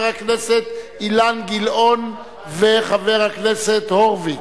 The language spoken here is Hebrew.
הכנסת אילן גילאון וחבר הכנסת הורוביץ,